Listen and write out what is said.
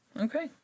Okay